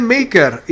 Maker